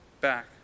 back